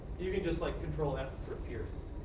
you can just like control f for pierce,